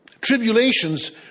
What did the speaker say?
tribulations